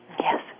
Yes